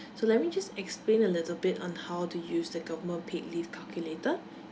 so let me just explain a little bit on how to use the government paid leave calculator